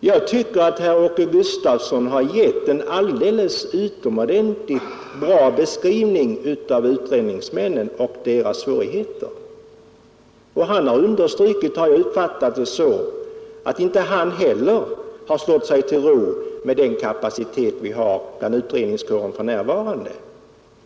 Jag tycker att Åke Gustavsson gett en alldeles utomordentligt bra beskrivning av utredningsmännen och deras svårigheter. Han har understrukit — jag uppfattade det så — att inte han heller har slagit sig till ro med den kapacitet som vi har inom utredningskåren för närvarande.